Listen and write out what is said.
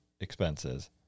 expenses